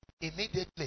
Immediately